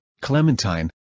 clementine